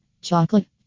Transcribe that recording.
Chocolate